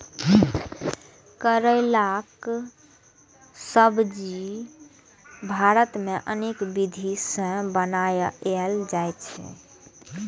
करैलाक सब्जी भारत मे अनेक विधि सं बनाएल जाइ छै